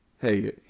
hey